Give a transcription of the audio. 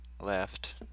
left